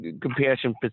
compassion